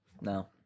No